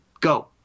go